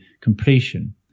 completion